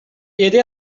yedi